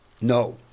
No